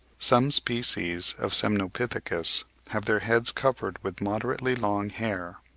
some species of semnopithecus have their heads covered with moderately long hair,